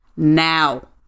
Now